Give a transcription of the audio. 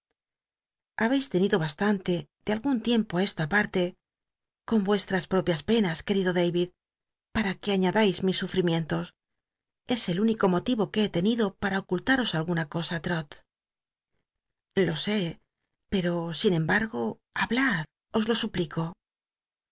habcis tenido bastante de algun tiempo esta parte con vuestras popias penas quc itlu david para que aiíadais mis sufrimientos es el ún ico motivo r nc he tenido para ocultaros alguna cosa l'rot lo sé pero sin cnb h'go hablad os lo suplico